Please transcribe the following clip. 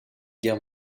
guerre